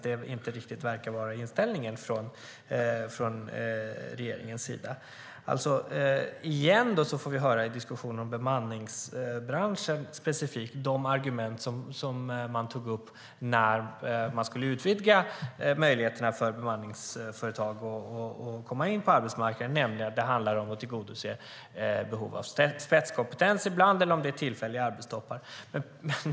Men det verkar inte riktigt vara regeringens inställning. Vi får återigen i diskussionen om bemanningsbranschen höra de argument som togs upp när möjligheterna för bemanningsföretag att komma in på arbetsmarknaden skulle utvidgas, nämligen att det handlar om att tillgodose behov av spetskompetens eller att fylla tillfälliga arbetstoppar.